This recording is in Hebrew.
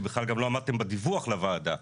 שבכלל לא עמדתם בדיווח לוועדה,